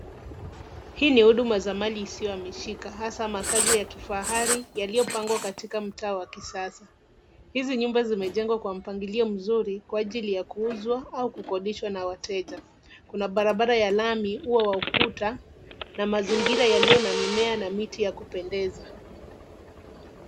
Hii ni huduma za mali isiyohamishika, hasa makazi ya kifahari yaliyopangwa katika mtaa wa kisasa. Hizi nyumba zimejengwa kwa mpangilio mzuri kwa ajili ya kuuzwa au kukodishwa na wateja. Kuna barabara ya lami, ua wa ukuta na mazingira yaliyo na mimea na miti ya kupendeza.